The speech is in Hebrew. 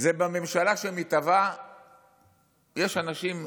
בממשלה שמתהווה יש אנשים,